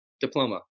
diploma